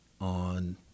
on